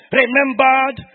remembered